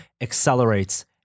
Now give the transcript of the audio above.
accelerates